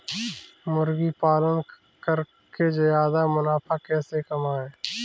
मुर्गी पालन करके ज्यादा मुनाफा कैसे कमाएँ?